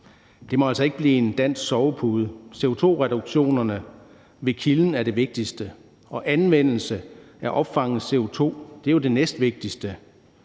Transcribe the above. det må altså ikke blive en dansk sovepude. CO2-reduktionerne ved kilden er det vigtigste, og anvendelsen af opfanget CO2 er jo det næstvigtigste.